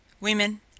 women